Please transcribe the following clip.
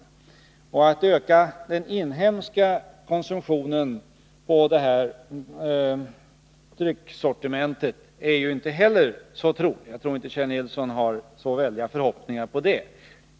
Att man skall öka den inhemska konsumtionen av det här dryckessortimentet är ju inte heller så troligt. Jag tror inte att Kjell Nilsson har så stora förhoppningar på den punkten.